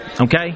Okay